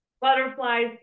butterflies